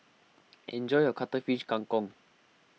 enjoy your Cuttlefish Kang Kong